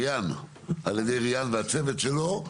ריאן על ידי ריאן והצוות שלו,